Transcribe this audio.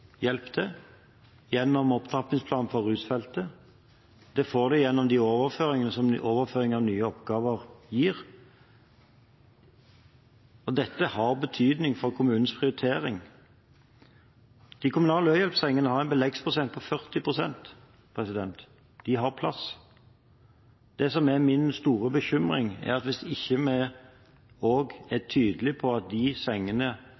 hjelp til gjennom opptrappingsplanen for rusfeltet. Det får de gjennom de overføringene som overføring av nye oppgaver gir, og dette har betydning for kommunenes prioritering. De kommunale øyeblikkelig hjelp-sengene har en beleggsprosent på 40 pst. De har plass. Folk har en kombinasjon av ulike sykdommer, og når mennesker med rus- og psykiske helseutfordringer lever 20 år kortere enn befolkningen ellers i Norge, er